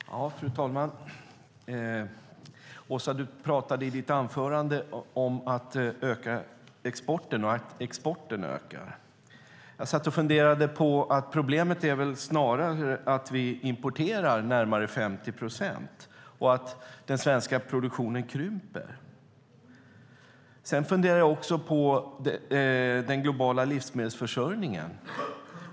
Fru talman! Åsa, du pratade i ditt anförande om att öka exporten. Jag satt och funderade på att problemet väl snarare är att vi importerar närmare 50 procent och att den svenska produktionen krymper. Sedan funderar jag på den globala livsmedelsförsörjningen.